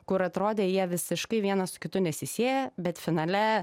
kur atrodė jie visiškai vienas su kitu nesisieja bet finale